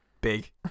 big